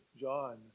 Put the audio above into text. John